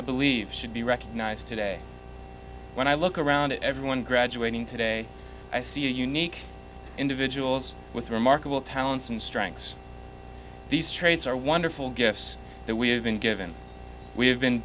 i believe should be recognized today when i look around at everyone graduating today i see a unique individuals with remarkable talents and strengths these traits are wonderful gifts that we have been given we have been